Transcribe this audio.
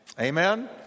amen